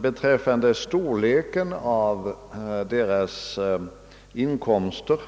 beträffande storleken av dess inkomster.